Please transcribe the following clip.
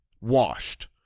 washed